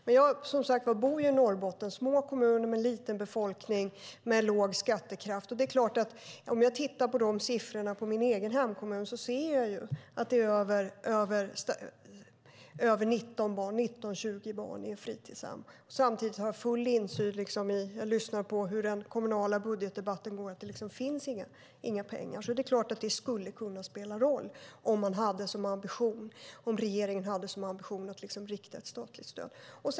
Men jag bor som sagt i Norrbotten, där det finns små kommuner med liten befolkning och låg skattekraft. Om jag tittar på siffrorna från min egen hemkommun ser jag att det är 19-20 barn i en grupp på ett fritidshem. Samtidigt har jag full insyn i och lyssnar på hur den kommunala budgetdebatten går. Det finns inga pengar. Det är klart att det skulle kunna spela roll om regeringen hade som ambition att rikta ett statligt stöd.